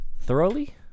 thoroughly